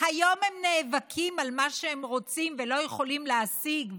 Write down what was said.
היום נאבקים על מה שהם רוצים ולא יכולים להשיג,